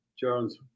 Jones